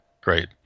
great